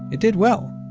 it did well,